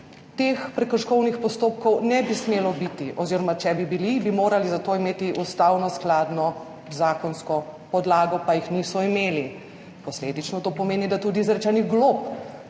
teh prekrškovnih postopkov ne bi smelo biti oziroma če bi bili, bi morali za to imeti ustavnoskladno zakonsko podlago, pa jih niso imeli. Posledično to pomeni, da tudi izrečenih glob